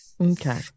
Okay